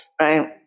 Right